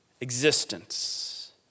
existence